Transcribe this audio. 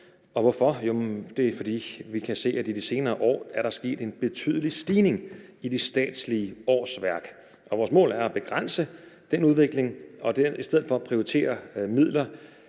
Hvorfor? Det er, fordi vi kan se, at der i de senere år er sket en betydelig stigning i de statslige årsværk, og vores mål er at begrænse den udvikling og i stedet for prioritere midler